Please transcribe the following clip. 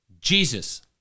Jesus